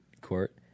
court